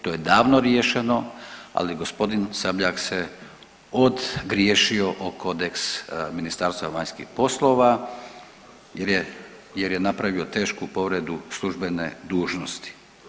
To je davno riješeno, ali gospodin Sabljak se ogriješio o kodeks Ministarstva vanjskih poslova jer je napravio tešku povredu službene dužnosti.